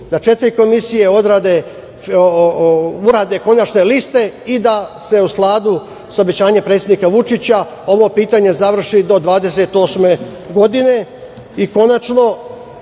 da četiri komisije urade konačne liste i da se u skladu sa obećanjem predsednika Vučića ovo pitanje završi do 2028. godine. Konačno,